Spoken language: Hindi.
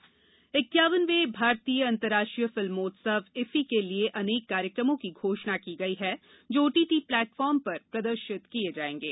फिल्मोत्सव इक्यावन वें भारतीय अंतरराष्ट्रीय फिल्मोत्सव इफ्फी के लिए अनेक कार्यक्रमो की घोषणा की गई है जो ओटीटी प्लेटफार्म पर प्रदर्शित किये जायेंगे